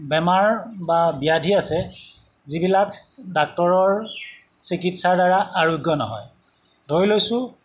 বেমাৰ বা ব্যাধি আছে যিবিলাক ডাক্তৰৰ চিকিৎসাৰ দ্বাৰা আৰোগ্য নহয় ধৰি লৈছোঁ